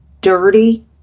dirty